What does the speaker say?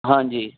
ਹਾਂਜੀ